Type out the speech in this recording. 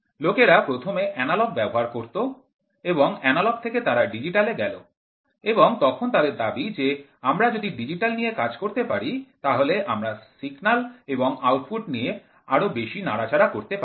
লোকেরা প্রথমে এনালগ ব্যবহার করত এবং এনালগ থেকে তারা ডিজিটাল এ গেল এবং তখন তাদের দাবি যে আমরা যদি ডিজিটাল নিয়ে কাজ করতে পারি তাহলে আমরা সিগন্যাল এবং আউটপুট নিয়ে আরও বেশি নাড়াচাড়া করতে পারি